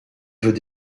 veut